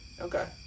Okay